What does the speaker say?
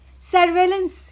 surveillance